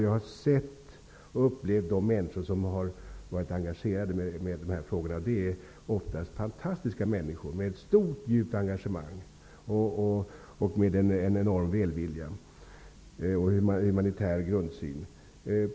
Jag har sett människor som har varit engagerade i dessa frågor. De är ofta fantastiska människor med ett stort och djupt engagemang, en enorm välvilja och humanitär grundsyn.